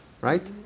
Right